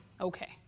Okay